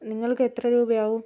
നിങ്ങൾക്കെത്ര രൂപയാവും